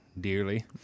dearly